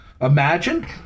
Imagine